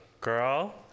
girl